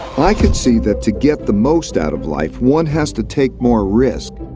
i could see that to get the most out of life, one has to take more risk,